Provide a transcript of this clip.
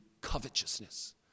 covetousness